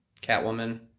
Catwoman